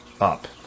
up